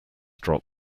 drop